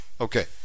Okay